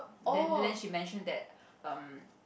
then then she mention that um